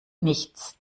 nichts